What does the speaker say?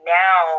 now